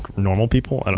normal people? i don't